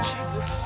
Jesus